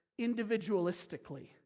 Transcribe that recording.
individualistically